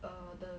err the